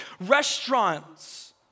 restaurants